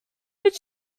but